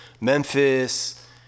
Memphis